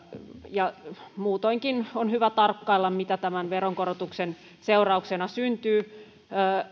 muutoinkin on hyvä tarkkailla mitä tämän veronkorotuksen seurauksena syntyy